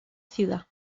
ciudad